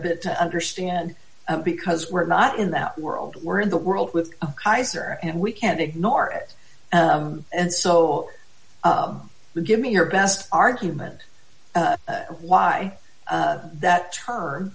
bit to understand because we're not in that world we're in the world with kaiser and we can't ignore it and so give me your best argument why that term